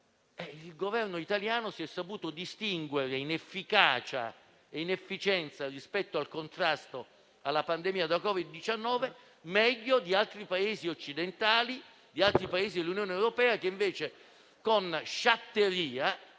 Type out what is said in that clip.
il Governo italiano si è saputo distinguere in efficacia e in efficienza rispetto al contrasto alla pandemia da Covid-19, facendo meglio di altri Paesi occidentali e di altri Paesi dell'Unione europea, che invece hanno agito